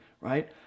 right